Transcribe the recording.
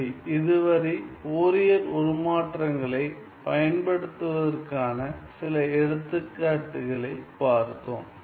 சரி இதுவரை ஃபோரியர் உருமாற்றங்களைப் பயன்படுத்துவதற்கான சில எடுத்துக்காட்டுகளைப் பார்த்தோம்